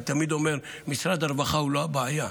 אני תמיד אומר שמשרד הרווחה הוא לא הבעיה.